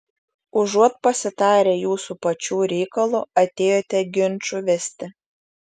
užuot pasitarę jūsų pačių reikalu atėjote ginčų vesti